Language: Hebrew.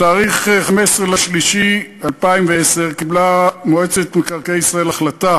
בתאריך 15 במרס 2010 קיבלה מועצת מקרקעי ישראל החלטה